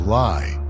lie